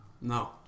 no